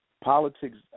Politics